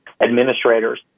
administrators